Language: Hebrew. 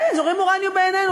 כן, זורים אורניום בעינינו.